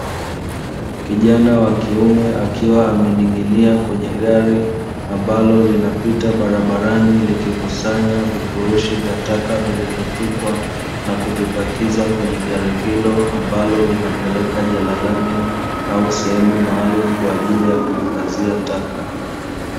Kijana wa kiume akiwa amening'inia kwenye gari ambalo linapita barabarani likikusanya vifurushi vya taka vilivyotupwa na kuvipakiza kwenye gari hilo ambalo linapeleka jalalani au sehemu maalumu kwa ajili ya kuhifadhia taka.